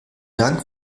dank